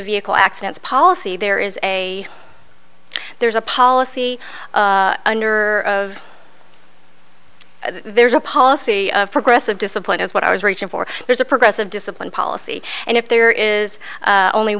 vehicle accidents policy there is a there's a policy under of there's a policy of progressive discipline is what i was reaching for there's a progressive discipline policy and if there is only